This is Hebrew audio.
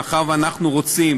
מאחר שאנחנו רוצים